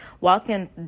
walking